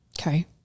Okay